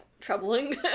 troubling